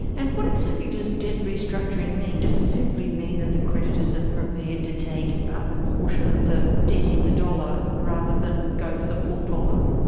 and what exactly does debt restructuring mean? does it simply mean that the creditors are ah prepared to take a proportion of the debt in the dollar rather than go for the full dollar?